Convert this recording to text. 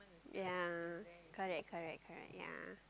ya correct correct correct ya